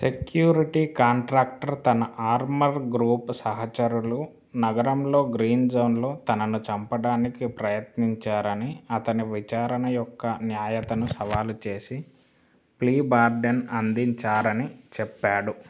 security contractor తన Armor group సహచరులు నగరంలో గ్రీన్ జోన్లో తనను చంపడానికి ప్రయత్నించారని అతని విచారణ యొక్క న్యాయతను సవాలు చేసి ప్లీ బార్డెన్ అందించారని చెప్పాడు